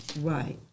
Right